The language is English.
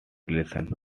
relations